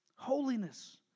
Holiness